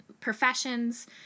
professions